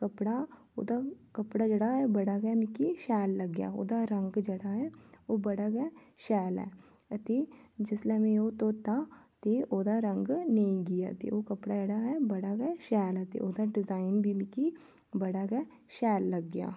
कपड़ा ओह्दा कपड़ा जेह्ड़ा ऐ बड़ा गै मिकी शैल लग्गेआ ओह्दा रंग जेह्ड़ा ऐ ओह् बड़ा गै शैल ऐ ते जिसलै में ओह् धोता ते ओह्दा रंग नेईं गेआ ते ओह् कपड़ा जेह्ड़ा ऐ बड़ा गै शैल ऐ ते ओह्दा डिजाइन बी मिगी बड़ा गै शैल लग्गेआ